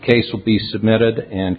case will be submitted and